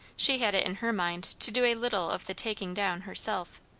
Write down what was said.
she had it in her mind to do a little of the taking down herself.